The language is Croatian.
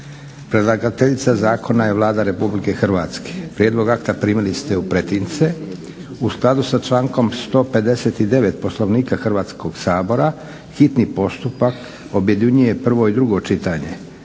Predlagateljica zakona je Vlada Republike Hrvatske. Prijedlog akta primili ste u pretince. U skladu sa člankom 159. Poslovnika Hrvatskog sabora hitni postupak objedinjuje prvo i drugo čitanje.